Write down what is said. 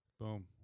Boom